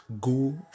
go